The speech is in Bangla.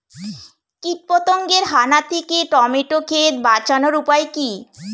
কীটপতঙ্গের হানা থেকে টমেটো ক্ষেত বাঁচানোর উপায় কি?